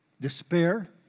despair